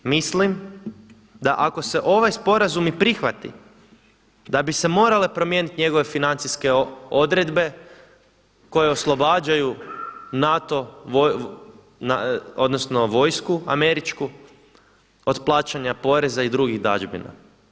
Mislim da ako se ovaj sporazum i prihvati, da bi se morale promijeniti njegove financijske odredbe koje oslobađaju NATO odnosno vojsku američku od plaćanja poreza i drugih dadžbina.